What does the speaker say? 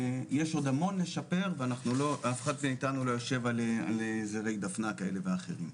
יש עוד המון לשפר ואף אחד מאיתנו לא יושב על זרי דפנה כאלה ואחרים.